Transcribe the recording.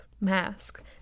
mask